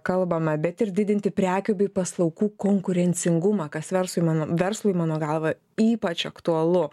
kalbame bet ir didinti prekių bei paslaugų konkurencingumą kas verslui mano verslui mano galva ypač aktualu